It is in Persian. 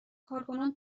کارکنان